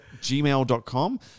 gmail.com